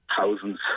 thousands